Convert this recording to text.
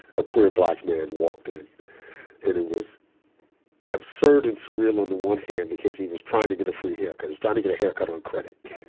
a queer black man walked in. and it was absurd and surreal on the one hand, because he was trying to get a free haircut, trying to get a haircut on credit.